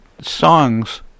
songs